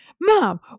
Mom